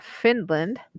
Finland